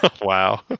Wow